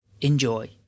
Enjoy